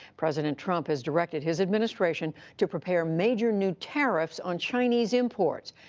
president trump has directed his administration to prepare major new tariffs on chinese imports.